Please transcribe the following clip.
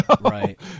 right